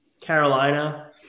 carolina